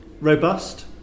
robust